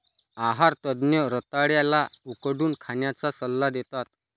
आहार तज्ञ रताळ्या ला उकडून खाण्याचा सल्ला देतात